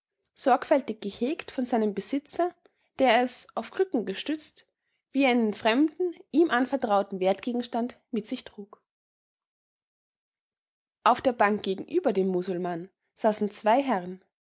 sorgfältig gehegt von seinem besitzer der es auf krücken gestützt wie einen fremden ihm anvertrauten wertgegenstand mit sich trug auf der bank gegenüber dem musulmann saßen zwei herren